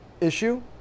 issue